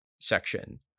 section